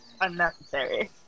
unnecessary